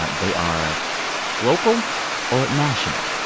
ah they are local or national.